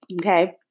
Okay